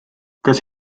kas